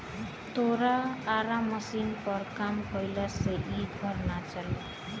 तोरा आरा मशीनी पर काम कईला से इ घर ना चली